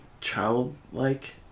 childlike